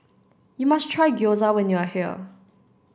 you must try Gyoza when you are here